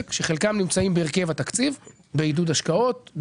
שחלקן נמצאות בהרכב התקציב - עידוד השקעות,